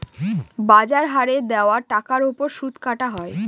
বাজার হারে দেওয়া টাকার ওপর সুদ কাটা হয়